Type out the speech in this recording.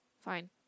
fine